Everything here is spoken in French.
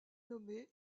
nommé